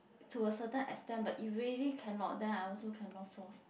to a certain extent but if really cannot then I also cannot force